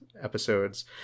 episodes